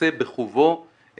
נושא בחובו,